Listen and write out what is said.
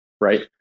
right